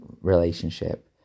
relationship